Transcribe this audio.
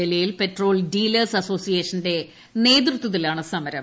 ഡൽഹിയിൽ petrol dealers അസോസിയേഷന്റെ നേതൃത്വത്തിലാണ് സമരം